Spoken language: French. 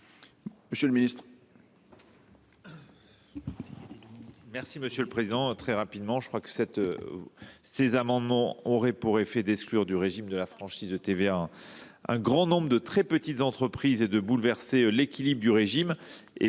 Monsieur le ministre,